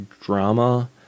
drama